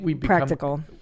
practical